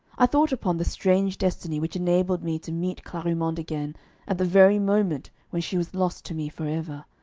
i thought upon the strange destiny which enabled me to meet clarimonde again at the very moment when she was lost to me for ever,